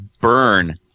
burn